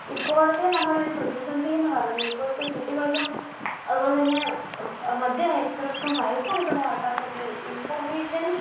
ഇപ്പോഴത്തെ നമ്മുടെ ഒരു പ്രതിസന്ധി എന്നു പറയുന്നത് ഇപ്പോഴത്തെ കുട്ടികൾക്കും അതുപോലെ തന്നെ മധ്യവയസ്ക്കർക്കും വയസ്സായിട്ടുള്ള ആൾക്കാർക്കൊക്കെ ഈ ഇൻഫർമേഷൻ